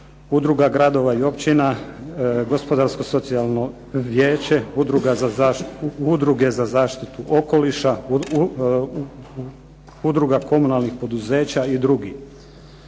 udruga gradova i općina, Gospodarsko socijalno vijeće, Udruge za zaštitu okoliša, Udruga komunalnih poduzeća i drugi.